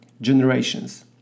generations